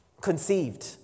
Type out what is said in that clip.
conceived